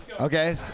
Okay